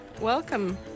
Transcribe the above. welcome